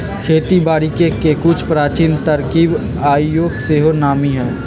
खेती बारिके के कुछ प्राचीन तरकिब आइयो सेहो नामी हइ